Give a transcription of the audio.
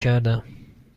کردم